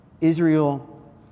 Israel